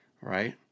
right